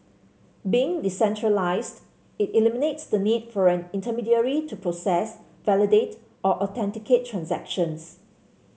being decentralised it eliminates the need for an intermediary to process validate or authenticate transactions